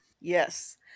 Yes